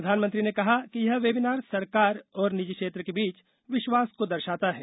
प्रधानमंत्री ने कहा कि यह वेबीनार सरकार और निजी क्षेत्र के बीच विश्वास को दर्शाता है